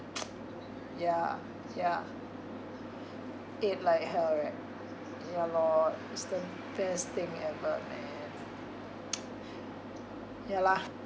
ya ya ate like hell right ya lor it's the best thing ever man ya lah